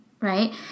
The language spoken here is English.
right